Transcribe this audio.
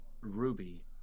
ruby